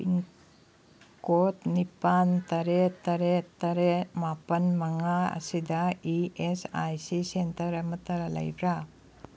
pin code ꯅꯤꯄꯥꯜ ꯇꯔꯦꯠ ꯇꯔꯦꯠ ꯇꯔꯦꯠ ꯃꯥꯄꯜ ꯃꯉꯥ ꯑꯁꯤꯗ E S I C centre ꯑꯃꯇ ꯂꯩꯕ꯭ꯔꯥ